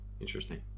Interesting